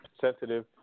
sensitive